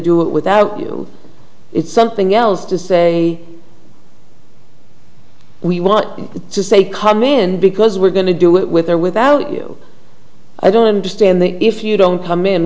do it without you it's something else to say we want to say come in because we're going to do it with or without you i don't understand that if you don't come in